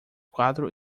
quatro